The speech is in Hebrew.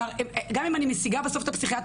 גם אם אני משיגה בסוף את הפסיכיאטר